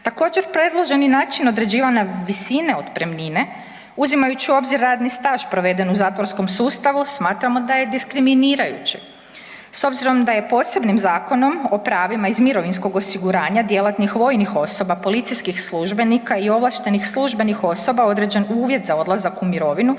Također predloženi način određivanja visine otpremnine uzimajući u obzir radni staž proveden u zatvorskom sustavu smatramo da je diskriminirajući. S obzirom da je posebnim Zakonom o pravima iz mirovinskog osiguranja djelatnih vojnih osoba, policijskih službenika i ovlaštenih službenih osoba određen uvjet za odlazak u mirovinu,